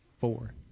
four